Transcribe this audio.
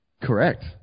Correct